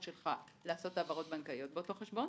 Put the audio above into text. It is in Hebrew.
שלך לעשות העברות בנקאיות באותו חשבון,